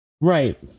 Right